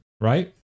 right